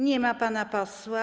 Nie ma pana posła.